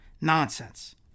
Nonsense